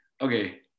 Okay